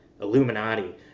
Illuminati